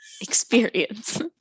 experience